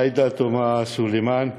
עאידה תומא סלימאן,